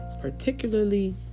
particularly